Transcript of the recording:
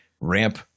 ramp